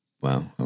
Wow